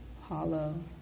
hollow